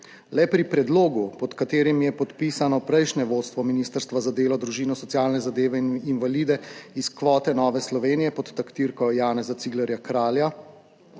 le pri predlogu, pod katerim je podpisano prejšnje vodstvo Ministrstva za delo, družino, socialne zadeve in invalide iz kvote Nove Slovenije pod taktirko Janeza Ciglerja Kralja